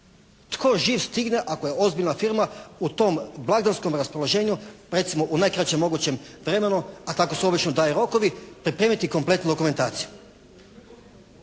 Tko živ stigne ako je ozbiljna firma u tom blagdanskom raspoloženju recimo u najkraćem mogućem vremenu, a tako su obično taj rokovi, pripremiti kompletnu dokumentaciju.